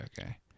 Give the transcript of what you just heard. okay